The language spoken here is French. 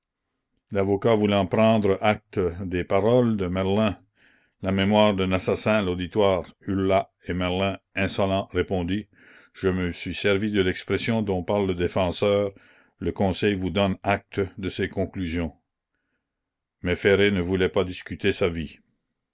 l'avocat voulant prendre acte des paroles de merlin la mémoire d'un assassin l'auditoire hurla et merlin insolent répondit je me suis servi de l'expression dont parle le défenseur le conseil vous donne acte de ses conclusions mais ferré ne voulait pas discuter sa vie